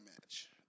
match